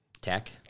tech